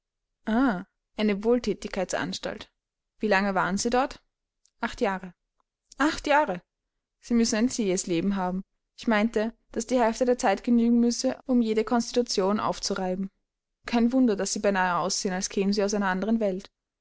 eine wohlthätigkeitsanstalt wie lange waren sie dort acht jahre acht jahre sie müssen ein zähes leben haben ich meinte daß die hälfte der zeit genügen müsse um jede konstitution aufzureiben kein wunder daß sie beinahe aussehen als kämen sie aus einer anderen welt